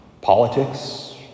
politics